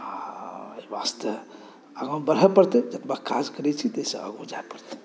आ एहि वास्ते आगाँ बढ़ऽ परतै जतबा काज करै छी ताहिसॅं आगूँ जाय परतै